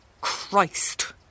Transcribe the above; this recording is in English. Christ